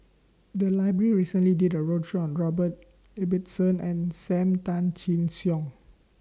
The Library recently did A roadshow on Robert Ibbetson and SAM Tan Chin Siong